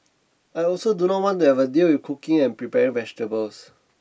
I also do not want to have to deal with cooking and prepare vegetables